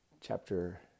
chapter